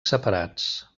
separats